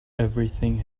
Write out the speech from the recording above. everything